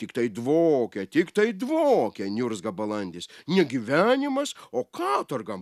tiktai dvokia tiktai dvokia niurzga balandis ne gyvenimas o katorga